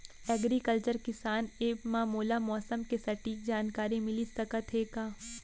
Agriculture किसान app मा मोला मौसम के सटीक जानकारी मिलिस सकत हे का?